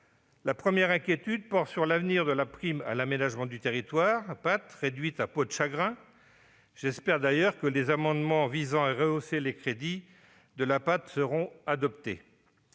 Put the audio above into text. La première inquiétude porte sur l'avenir de la prime d'aménagement du territoire, qui se réduit comme peau de chagrin. J'espère que les amendements visant à rehausser les crédits de la PAT seront adoptés.